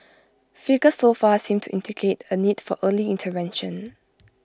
figures so far seem to indicate A need for early intervention